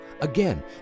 Again